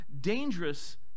dangerous